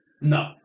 No